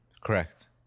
Correct